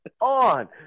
on